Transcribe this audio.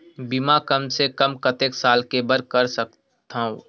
बीमा कम से कम कतेक साल के बर कर सकत हव?